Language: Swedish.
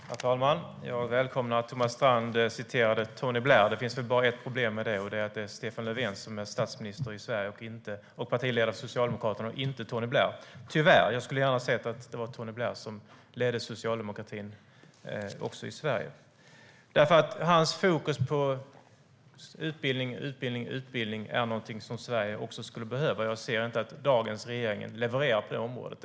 Herr talman! Jag välkomnar att Thomas Strand citerade Tony Blair. Det finns väl bara ett problem med det, och det är att det är Stefan Löfven som är statsminister i Sverige och partiledare för Socialdemokraterna och inte Tony Blair. Tyvärr - jag skulle gärna ha sett att det var Tony Blair som ledde socialdemokratin också i Sverige. Hans fokus på utbildning, utbildning och utbildning är nämligen någonting som Sverige också skulle behöva. Jag ser inte att dagens regering levererar på det området.